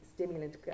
Stimulant